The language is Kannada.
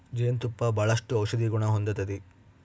ಜೇನು ತುಪ್ಪ ಬಾಳಷ್ಟು ಔಷದಿಗುಣ ಹೊಂದತತೆ